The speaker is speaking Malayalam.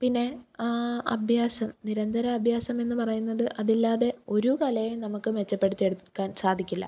പിന്നെ അഭ്യാസം നിരന്തര അഭ്യാസമെന്നു പറയുന്നത് അതില്ലാതെ ഒരു കലയെയും നമുക്ക് മെച്ചപ്പെടുത്തിയെടുക്കാൻ സാധിക്കില്ല